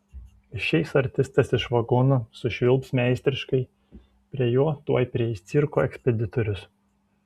išeis artistas iš vagono sušvilps meistriškai prie jo tuoj prieis cirko ekspeditorius